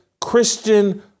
Christian